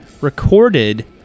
recorded